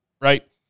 Right